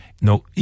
no